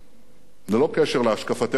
ללא קשר להשקפתנו הפוליטית,